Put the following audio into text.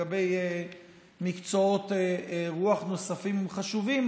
לגבי מקצועות רוח נוספים, הם חשובים.